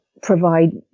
provide